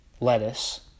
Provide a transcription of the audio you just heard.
lettuce